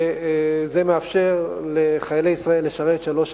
זה מאפשר לחיילי ישראל לשרת שלוש שנים.